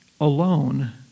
alone